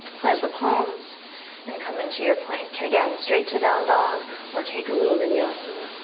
plant the palms and come into your plank again. straight to down dog or take a little vinyasa,